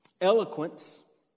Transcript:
eloquence